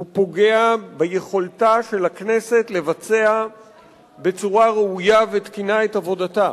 הוא פוגע ביכולתה של הכנסת לבצע בצורה ראויה ותקינה את עבודתה.